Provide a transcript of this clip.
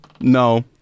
no